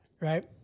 Right